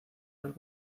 las